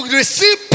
receive